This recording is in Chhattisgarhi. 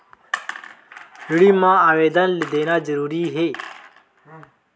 ऋण मा आवेदन देना जरूरी हे?